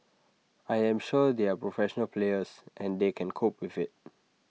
I am sure they are professional players and they can cope with IT